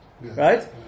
Right